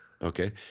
Okay